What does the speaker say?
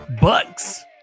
Bucks